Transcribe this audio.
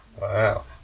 Wow